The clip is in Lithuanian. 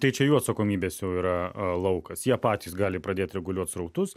tai čia jų atsakomybės jau yra laukas jie patys gali pradėt reguliuot srautus